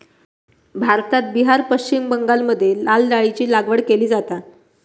भारतात बिहार, पश्चिम बंगालमध्ये लाल डाळीची लागवड केली जाता